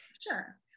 Sure